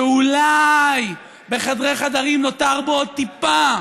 שאולי בחדרי-חדרים נותר בו עוד טיפה